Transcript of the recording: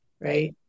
right